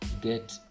get